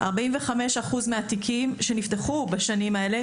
רק 45% מהתיקים שנפתחו בשנים האלה